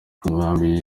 umwami